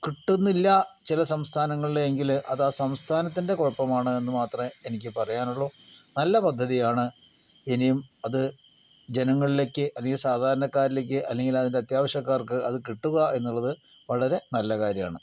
കിട്ടുന്നില്ല ചില സംസ്ഥാനങ്ങളിൽ എങ്കിൽ അത് ആ സംസ്ഥാനത്തിൻ്റെ കുഴപ്പമാണ് എന്നു മാത്രമേ എനിക്ക് പറയാൻ ഉള്ളു നല്ല പദ്ധതിയാണ് ഇനിയും അതു ജനങ്ങളിലേക്ക് അധികം സാധാരണക്കാരിലേക്ക് അല്ലെങ്കിൽ അതിൻ്റെ അത്യാവശ്യക്കാർക്ക് അത് കിട്ടുക എന്നുള്ളത് വളരെ നല്ല കാര്യആണ്